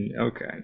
okay